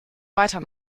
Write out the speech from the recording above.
weiter